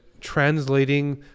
translating